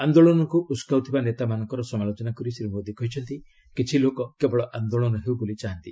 ଆନ୍ଦୋଳନକୁ ଉସକାଉଥିବା ନେତାମାନଙ୍କର ସମାଲୋଚନା କରି ଶ୍ରୀ ମୋଦୀ କହିଛନ୍ତି କିଛି ଲୋକ କେବଳ ଆନ୍ଦୋଳନ ହେଉ ବୋଲି ଚାହୁଁଛନ୍ତି